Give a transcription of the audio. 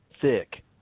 Thick